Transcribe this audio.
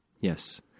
Yes